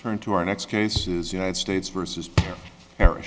turn to our next cases united states versus